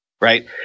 right